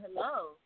hello